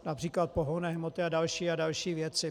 například pohonné hmoty a další a další věci.